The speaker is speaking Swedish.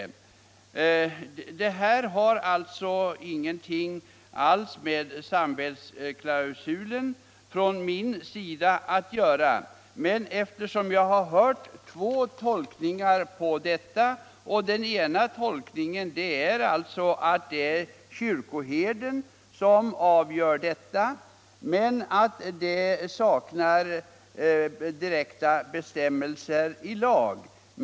Det här har alltså från min sida ingenting alls med samvetsklausulen att göra. Men jag har hört två tolkningar i denna fråga. Enligt den ena tolkningen är det kyrkoherden som avgör, men det saknas direkta bestämmelser i lag.